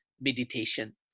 meditation